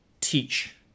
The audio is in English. teach